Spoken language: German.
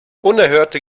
unerhörte